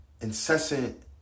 incessant